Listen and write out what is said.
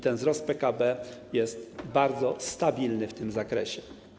Ten wzrost PKB jest bardzo stabilny w tym zakresie.